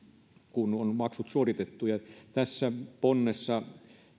kun on maksut suoritettu tässä ponnessa